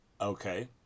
Okay